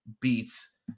beats